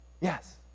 yes